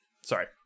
Sorry